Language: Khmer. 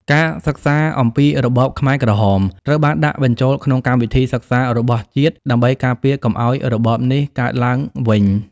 ការសិក្សាអំពីរបបខ្មែរក្រហមត្រូវបានដាក់បញ្ចូលក្នុងកម្មវិធីសិក្សារបស់ជាតិដើម្បីការពារកុំឱ្យរបបនេះកើតឡើងវិញ។